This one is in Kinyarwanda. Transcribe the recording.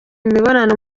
imibonano